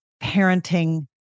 parenting